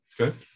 Okay